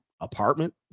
apartment